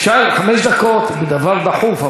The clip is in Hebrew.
אפשר חמש דקות לדָבָר דחוף,